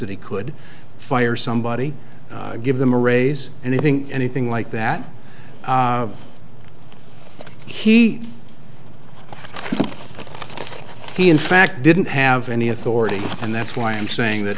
that he could fire somebody give them a raise and i think anything like that he he in fact didn't have any authority and that's why i'm saying that